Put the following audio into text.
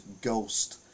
Ghost